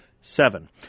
seven